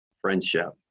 friendship